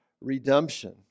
redemption